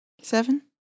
Seven